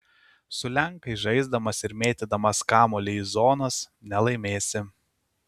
su lenkais žaisdamas ir mėtydamas kamuolį į zonas nelaimėsi